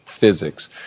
physics